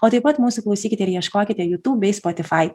o taip pat mūsų klausykite ir ieškokite jūtūb bei spotifai